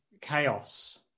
chaos